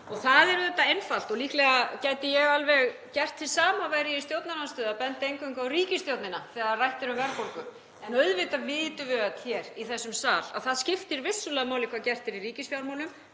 Það er einfalt, og líklega gæti ég alveg gert hið sama væri ég í stjórnarandstöðu, að benda eingöngu á ríkisstjórnina þegar rætt er um verðbólgu. En auðvitað vitum við öll hér í þessum sal að það skiptir vissulega máli hvað gert er í ríkisfjármálum.